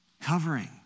covering